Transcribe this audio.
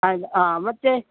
ಹಾಂ ಇಲ್ಲ ಮತ್ತು